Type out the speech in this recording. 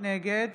נגד